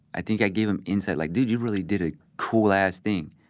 i think i gave him insight, like, dude you really did a cool ass thing.